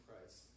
Christ